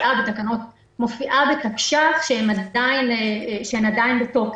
--- מופיעה בתקש"ח שהן עדיין בתוקף.